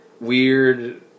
weird